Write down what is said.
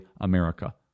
America